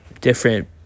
different